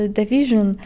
division